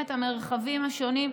אני אתן לך זמן לשאלות.